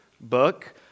book